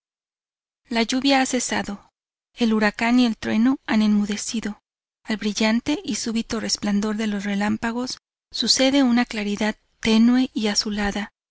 la lluvia ha cesado el huracán y el trueno han enmudecido al brillante y súbito resplandor de los relámpagos sucede una claridad tenue y azulada